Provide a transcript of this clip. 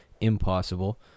impossible